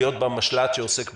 להיות במשל"ט שעוסק ברכש,